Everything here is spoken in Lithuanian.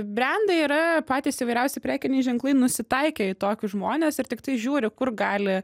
brendai yra patys įvairiausi prekiniai ženklai nusitaikę į tokius žmones ir tiktai žiūri kur gali